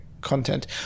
content